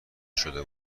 شده